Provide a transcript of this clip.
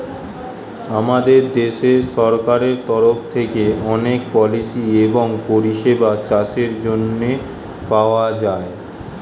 আমাদের দেশের সরকারের তরফ থেকে অনেক পলিসি এবং পরিষেবা চাষের জন্যে পাওয়া যায়